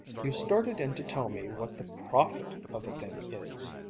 you started in to tell me what the profit of the thing is.